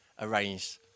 arranged